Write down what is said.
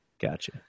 Gotcha